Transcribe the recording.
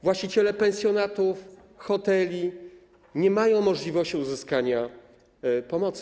Właściciele pensjonatów, hoteli nie mają możliwości uzyskania pomocy.